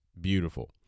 beautiful